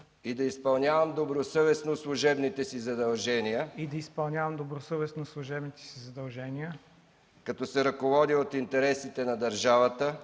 и да изпълнявам добросъвестно служебните си задължения, като се ръководя от интересите на държавата